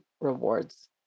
rewards